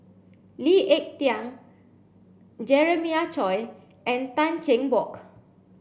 Lee Ek Tieng Jeremiah Choy and Tan Cheng Bock